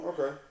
Okay